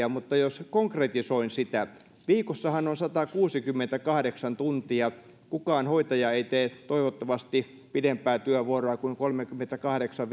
mutta jos konkretisoin niitä viikossahan on satakuusikymmentäkahdeksan tuntia kukaan hoitaja ei toivottavasti tee pidempää työvuoroa kuin kolmekymmentäkahdeksan